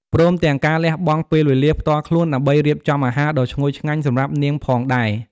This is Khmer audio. ព្រមទាំងការលះបង់ពេលវេលាផ្ទាល់ខ្លួនដើម្បីរៀបចំអាហារដ៏ឈ្ងុយឆ្ងាញ់សម្រាប់នាងផងដែរ។